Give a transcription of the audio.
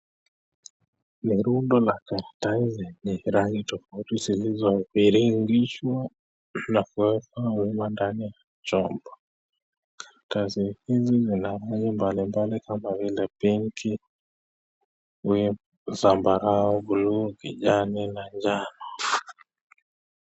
Ni rundo la karatasi yenye rangi tafauti, zilizo viringishwa na kuweka maua ndani chombo . Karatasi hili Lina rangi mbalimbali Kama vile : pinki , sambarao, buluu , kijanani na njano .